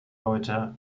leute